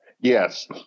Yes